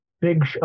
big